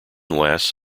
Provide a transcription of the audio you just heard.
lasts